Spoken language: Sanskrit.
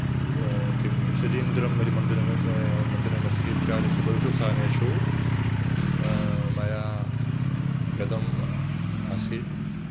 किं सुसीन्द्रम् इति मन्दिरमस् मन्दिरमस्ति इत्यादिषु बहुषु स्थानेषु मया गतम् आसीत्